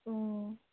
অঁ